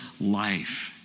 life